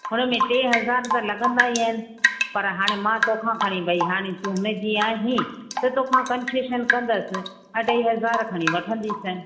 उनमें टे हज़ार त लॻंदा ई आहिनि पर हाणे मां तोखां घणी भाई हाणे तू हुन जी आहीं त तोखां कंशेशन कंदसि अढ़ाई हज़ार खणी वठंदीसाव